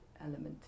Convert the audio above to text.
element